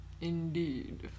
Indeed